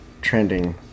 trending